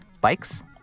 Bikes